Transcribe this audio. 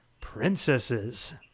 princesses